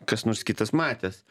kas nors kitas matęs